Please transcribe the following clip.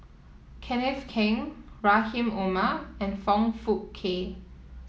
Kenneth Keng Rahim Omar and Foong Fook Kay